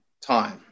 time